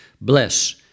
bless